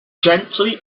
gently